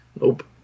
nope